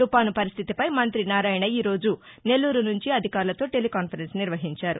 తుఫాను పరిస్థితిపై మంతి నారాయణ ఈ రోజు నెల్లూరు నుంచి అధికారులతో టెలీ కాన్పరెన్స్ నిర్వహించారు